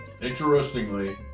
interestingly